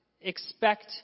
expect